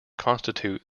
constitute